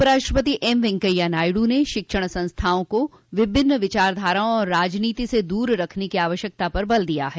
उपराष्ट्रपति एम वेंकैया नायडू ने शिक्षण संस्थाओं को विभिन्न विचारधाराओं और राजनीति से दूर रखने की आवश्यकता पर बल दिया है